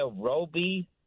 Roby